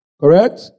Correct